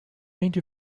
range